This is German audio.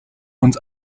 uns